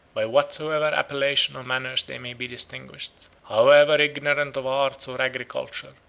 by whatsoever appellation or manners they may be distinguished, however ignorant of arts or agriculture,